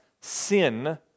sin